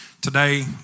Today